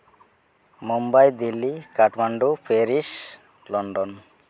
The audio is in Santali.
Mumbai Delhi Kathmandu Paris London